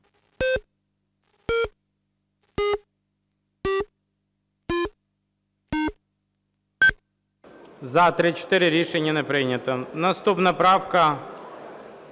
За-34 Рішення не прийнято. Наступна правка.